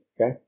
okay